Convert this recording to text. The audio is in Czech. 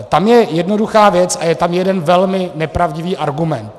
Tam je jednoduchá věc a je tam jeden velmi nepravdivý argument.